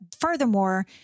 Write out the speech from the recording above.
furthermore